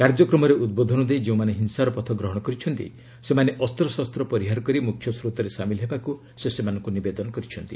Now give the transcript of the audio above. କାର୍ଯ୍ୟକ୍ରମରେ ଉଦ୍ବୋଧନ ଦେଇ ଯେଉଁମାନେ ହିଂସାର ପଥ ଗ୍ରହଣ କରିଛନ୍ତି ସେମାନେ ଅସ୍ତଶସ୍ତ ପରିହାର କରି ମୁଖ୍ୟ ସ୍ରୋତରେ ସାମିଲ ହେବାକୁ ସେ ସେମାନଙ୍କୁ ନିବେଦନ କରିଛନ୍ତି